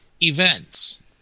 events